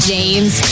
James